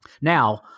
now